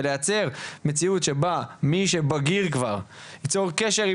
ולייצר מציאות שבה מי שבגיר כבר ייצור קשר עם